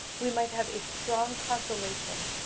we might have a strong consolation,